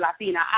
Latina